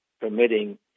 permitting